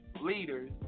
leaders